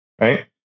right